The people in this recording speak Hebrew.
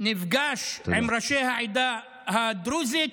נפגש עם ראשי העדה הדרוזית,